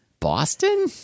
Boston